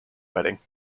fighting